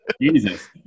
Jesus